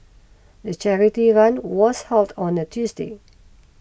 the charity run was held on a Tuesday